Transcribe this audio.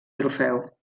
trofeu